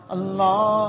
Allah